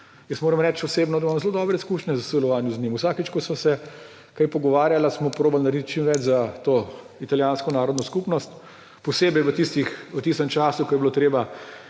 Jaz moram reči osebno, da imam zelo dobre izkušnje v sodelovanju z njim. Vsakič, ko sva se kaj pogovarjala, smo probali narediti čim več za to italijansko narodno skupnost, posebej v tistem času, ko je bilo treba